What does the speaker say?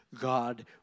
God